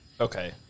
Okay